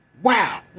Wow